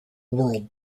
world